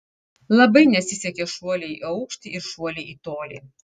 labai nesisekė šuoliai į aukštį ir šuoliai į tolį